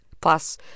plus